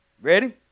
Ready